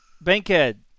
Bankhead